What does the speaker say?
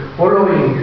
following